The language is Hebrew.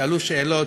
שאלו שאלות,